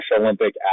Olympic